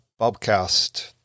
Bobcast